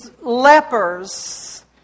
lepers